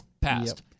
passed